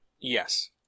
Yes